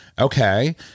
Okay